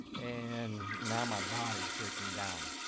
and now my body's breaking down.